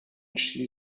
she